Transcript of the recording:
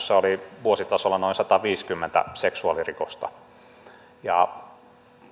oli vuositasolla noin sataviisikymmentä seksuaalirikosta